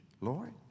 Lord